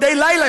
מדי לילה,